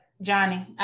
Johnny